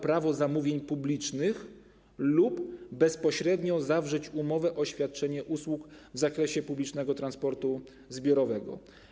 Prawo zamówień publicznych lub bezpośrednio zawrzeć umowę o świadczenie usług w zakresie publicznego transportu zbiorowego.